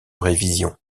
révision